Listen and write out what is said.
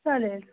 चालेल